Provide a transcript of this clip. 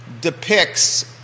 depicts